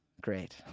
great